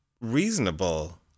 reasonable